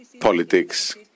politics